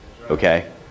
Okay